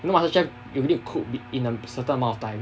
you know masterchef you need cook in a certain amount of time